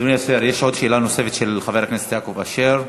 אדוני השר, יש שאלה נוספת של חבר הכנסת יעקב אשר.